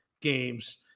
games